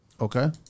Okay